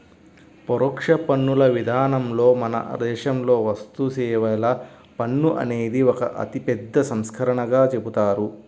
పరోక్ష పన్నుల విధానంలో మన దేశంలో వస్తుసేవల పన్ను అనేది ఒక అతిపెద్ద సంస్కరణగా చెబుతారు